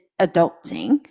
adulting